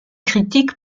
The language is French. critique